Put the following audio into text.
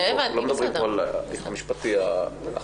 לא מדברים פה על ההליך המשפטי האחר.